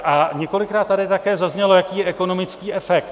A několikrát tady také zaznělo, jaký je ekonomický efekt.